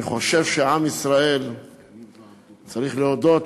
אני חושב שעם ישראל צריך להודות.